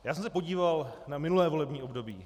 Já jsem se podíval na minulé volební období.